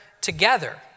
together